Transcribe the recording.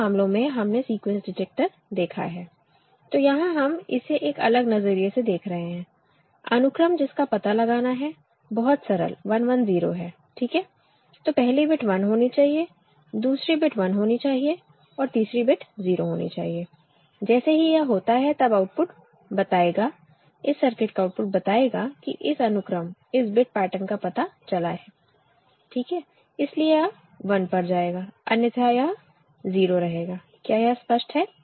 उन मामलों में हमने सीक्वेंस डिटेक्टर देखा है तो यहां हम इसे एक अलग नज़रिए से देख रहे हैं अनुक्रम जिसका पता लगाना है बहुत सरल 1 1 0 है ठीक है तो पहली बिट 1 होनी चाहिए दूसरी बिट 1 होनी चाहिए और तीसरी बिट 0 होनी चाहिए जैसे ही यह होता है तब आउटपुट बताएगा इस सर्किट का आउटपुट बताएगा कि इस अनुक्रम इस बिट पैटर्न का पता चला है ठीक है इसलिए यह 1 पर जाएगा अन्यथा यह 0 रहेगा क्या यह स्पष्ट है